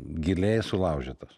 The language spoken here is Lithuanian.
giliai sulaužytas